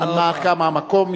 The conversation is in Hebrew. הנמקה מהמקום.